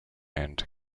and